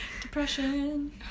Depression